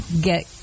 get